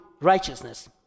righteousness